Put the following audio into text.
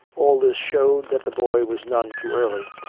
all this showed that the boy was none too early.